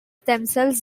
themselves